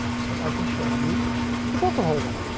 so i can show you the bottle holder.